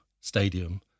Stadium